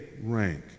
rank